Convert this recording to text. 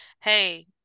hey